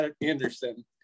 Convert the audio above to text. Anderson